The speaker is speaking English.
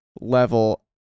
level